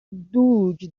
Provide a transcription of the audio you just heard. دوگ